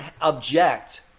object